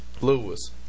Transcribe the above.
Lewis